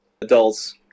adults